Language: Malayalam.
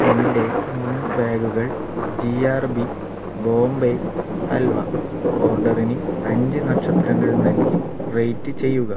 എന്റെ മൂന്ന് ബാഗുകൾ G R B Bombay halwa ഓർഡറിന് അഞ്ച് നക്ഷത്രങ്ങൾ നൽകി റേറ്റ് ചെയ്യുക